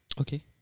Okay